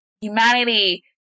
humanity